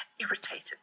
irritated